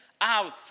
out